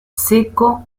seco